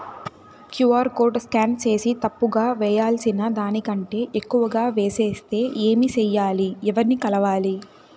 QR code scan సేసి తప్పు గా వేయాల్సిన దానికంటే ఎక్కువగా వేసెస్తే ఏమి సెయ్యాలి? ఎవర్ని కలవాలి?